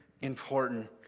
important